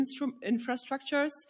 infrastructures